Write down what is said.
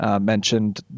mentioned